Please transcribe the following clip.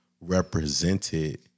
represented